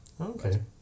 Okay